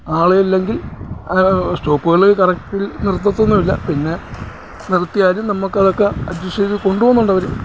ആള് ഇല്ലങ്കിൽ സ്റ്റോപ്പ്കളിൽ കറക്റ്റിൽ നിർത്തത്തൊന്നും ഇല്ല പിന്നെ നിർത്തിയാലും നമുക്ക് അതൊക്കെ അഡ്ജസ്റ്റ് ചെയ്ത് കൊണ്ടുപോകുന്നുണ്ട് അവർ